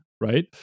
right